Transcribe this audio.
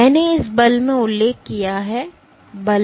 इसलिए मैंने इस बल में उल्लेख किया है